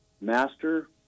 Master